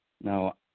Now